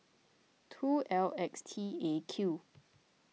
two L X T A Q